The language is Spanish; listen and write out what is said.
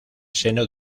seno